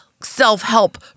self-help